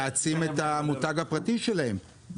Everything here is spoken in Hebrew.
ולהעצים את המותג הפרטי שלהם,